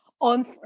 on